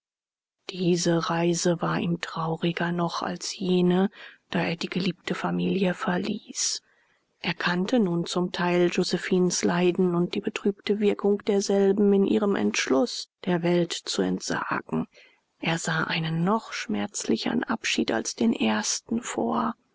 diese reise war ihm trauriger noch als jene da er die geliebte familie verließ er kannte nun zum teil josephinens leiden und die betrübte wirkung derselben in ihrem entschluß der welt zu entsagen er sah einen noch schmerzlichern abschied als den ersten vor